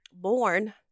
born